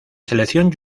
selección